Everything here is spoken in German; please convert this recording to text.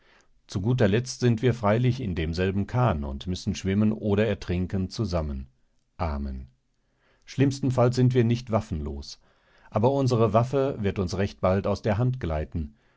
zu guter letzt sind wir freilich in demselben kahn und müssen schwimmen oder ertrinken zusammen amen schlimmstenfalls sind wir nicht waffenlos aber unsere waffe wird uns recht bald aus der hand gleiten